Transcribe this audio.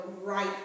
right